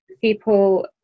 people